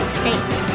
states